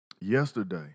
yesterday